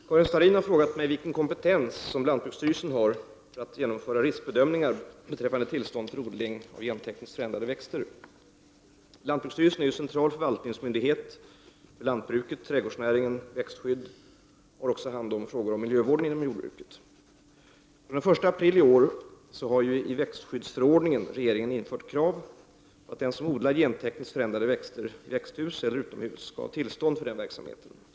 Herr talman! Karin Starrin har frågat mig vilken kompetens lantbruksstyrelsen har att genomföra riskbedömningar beträffande tillstånd för odling av gentekniskt förändrade växter. Lantbruksstyrelsen är central förvaltningsmyndighet bl.a. för frågor om lantbruket, trädgårdsnäringen och växtskyddet och har även hand om frågor om miljövård inom jordbruket. Regeringen inför den 1 april i år i växtskyddsförordningen kravet att den som odlar gentekniskt förändrade växter i växthus eller utomhus skall ha tillstånd för verksamheten.